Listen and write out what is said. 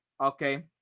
Okay